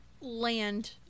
land